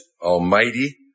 almighty